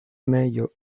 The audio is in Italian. meglio